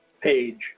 page